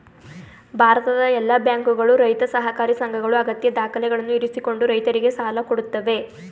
ಭಾರತದ ಎಲ್ಲಾ ಬ್ಯಾಂಕುಗಳು, ರೈತ ಸಹಕಾರಿ ಸಂಘಗಳು ಅಗತ್ಯ ದಾಖಲೆಗಳನ್ನು ಇರಿಸಿಕೊಂಡು ರೈತರಿಗೆ ಸಾಲ ಕೊಡತ್ತವೆ